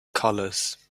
colors